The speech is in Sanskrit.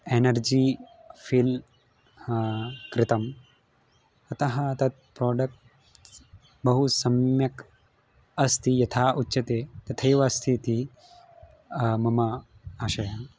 एनर्जी फ़िल् कृतम् अतः तत् प्रोडक्ट्स् बहु सम्यक् अस्ति यथा उच्यते तथैव अस्ति इति मम आशयः